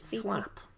flap